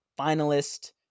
finalist